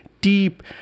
deep